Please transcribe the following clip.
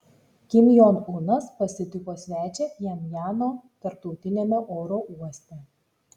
kim jong unas pasitiko svečią pchenjano tarptautiniame oro uoste